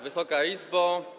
Wysoka Izbo!